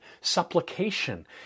supplication